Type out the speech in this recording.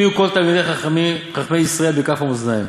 אם יהיו כל חכמי ישראל בכף מאזניים